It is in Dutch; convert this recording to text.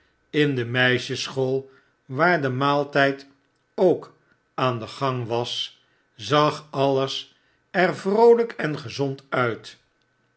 in de meisjesschool waar de maaltyd ook aan den gang was zag alles er vroolp en gezond uit